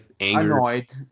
annoyed